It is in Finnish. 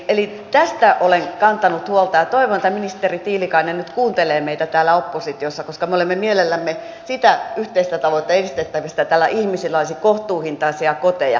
eli tästä olen kantanut huolta ja toivon että ministeri tiilikainen nyt kuuntelee meitä täällä oppositiossa koska me olemme mielellämme sitä yhteistä tavoitetta edistämässä että täällä ihmisillä olisi kohtuuhintaisia koteja